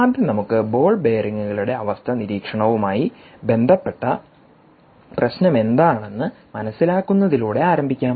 ആദ്യം നമുക്ക് ബോൾ ബെയറിംഗുകളുടെ അവസ്ഥ നിരീക്ഷണവുമായി ബന്ധപ്പെട്ട പ്രശ്നം എന്താണെന്ന് മനസ്സിലാക്കുന്നതിലൂടെ ആരംഭിക്കാം